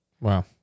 wow